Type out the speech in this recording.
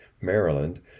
Maryland